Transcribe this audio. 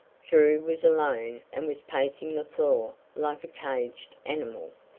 drew was alone and was pacing the floor like a caged animal.